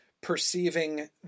perceiving